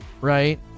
Right